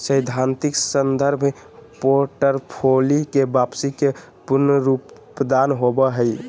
सैद्धांतिक संदर्भ पोर्टफोलि के वापसी के पुनरुत्पादन होबो हइ